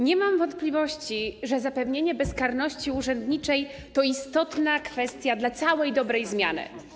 Nie mam wątpliwości, że zapewnienie bezkarności urzędniczej to istotna kwestia dla całej dobrej zmiany.